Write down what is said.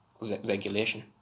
regulation